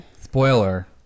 Spoiler